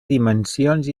dimensions